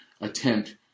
attempt